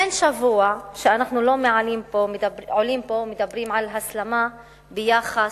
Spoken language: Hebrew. אין שבוע שאנחנו לא עולים פה ומדברים על הסלמה ביחס